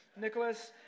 Nicholas